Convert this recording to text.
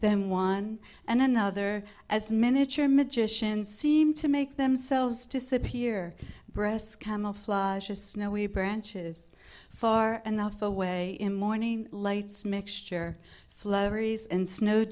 them one and another as miniature magicians seem to make themselves disappear breasts camouflage a snowy branches far and away in morning lights mixture flurries and snow